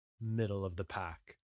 middle-of-the-pack